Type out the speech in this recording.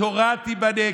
התורה תיבנה,